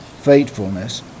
faithfulness